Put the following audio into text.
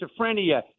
schizophrenia